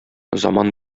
заман